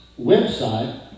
website